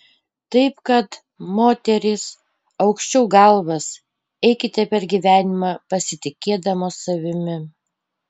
taip kad moterys aukščiau galvas eikite per gyvenimą pasitikėdamos savimi